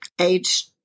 age